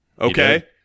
okay